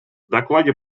докладе